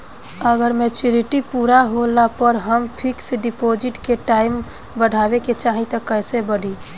अगर मेचूरिटि पूरा होला पर हम फिक्स डिपॉज़िट के टाइम बढ़ावे के चाहिए त कैसे बढ़ी?